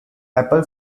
apple